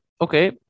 Okay